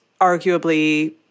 arguably